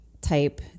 type